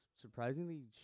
surprisingly